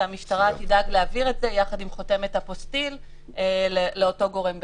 והמשטרה תדאג להעביר את זה יחד עם חותמת אפוסטיל לאותו גורם בחו"ל.